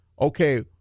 okay